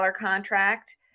contract